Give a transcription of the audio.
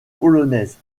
polonaise